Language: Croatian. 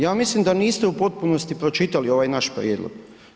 Ja mislim da niste u potpunosti pročitali ovaj naš prijedlog.